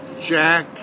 Jack